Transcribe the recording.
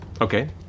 Okay